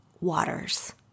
waters